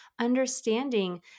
understanding